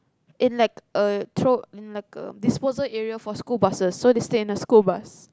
in like a throw in like a disposable area for school buses so they stayed in a school bus